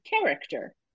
character